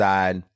Side